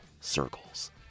circles